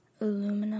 Aluminum